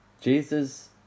Jesus